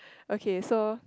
okay so